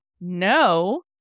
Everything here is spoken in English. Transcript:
No